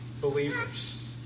believers